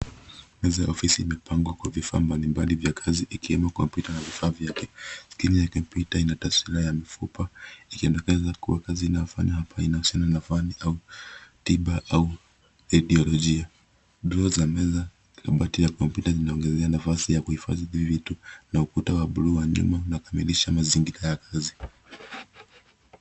Meza ya ofisi imepangwa kwa vifaa mbalimbali vya kazi ikiwemo kompyuta na vifaa vyake. Skrini ya kompyuta ina taswira ya mifupa ikielekeza kuwa kazi inayofanywa hapa inahusiana na fani ya tiba au radiolojia. Droo za meza, kabati ya kompyuta zinaongezea nafasi ya kuhifadhi vitu na ukuta wa blue wa nyuma unakamilisha mazingira ya kazi.